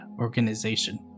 organization